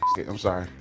it, i'm sorry.